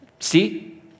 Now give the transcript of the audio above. See